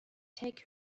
take